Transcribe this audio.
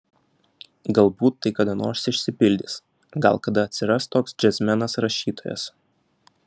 galbūt tai kada nors išsipildys gal kada atsiras toks džiazmenas rašytojas